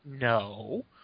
No